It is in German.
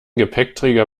gepäckträger